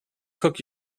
cook